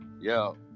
Yo